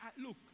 look